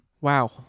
Wow